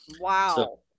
Wow